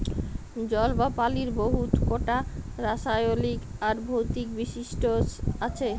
জল বা পালির বহুত কটা রাসায়লিক আর ভৌতিক বৈশিষ্ট আছে